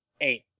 eight